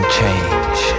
change